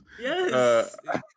Yes